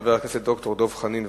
חבר הכנסת ד"ר דב חנין.